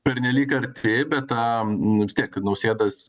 pernelyg arti bet am nu vistiek nausėdos